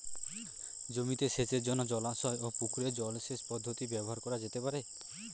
জমিতে সেচের জন্য জলাশয় ও পুকুরের জল সেচ পদ্ধতি ব্যবহার করা যেতে পারে?